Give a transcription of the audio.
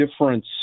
difference